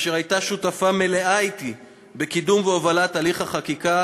אשר הייתה שותפה מלאה אתי בקידום והובלת הליך החקיקה.